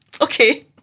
okay